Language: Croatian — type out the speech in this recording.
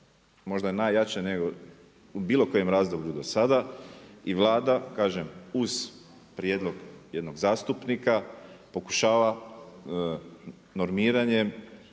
možda najjače nego u bilo kojem razdoblju do sada. I Vlada, kažem, uz prijedlog jednog zastupnika pokušava normiranjem